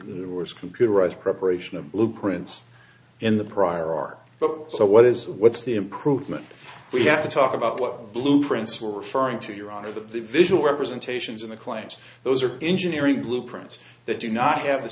the words computerized preparation of blueprints in the prior art but so what is what's the improvement we have to talk about what blue prints are referring to your honor the visual representations of the claims those are engineering blueprints that do not have the